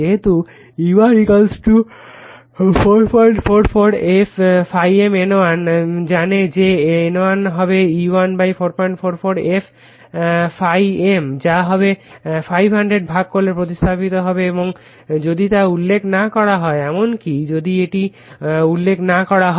যেহেতু E1 444 ∅ m N1 জানে যে তাই N1 হবে E1 444 f ∅ m যা হবে 500 ভাগ করলে প্রতিস্থাপিত হবে এবং যদি তা উল্লেখ না করা হয় এমনকি যদি এটি উল্লেখ না করা হয়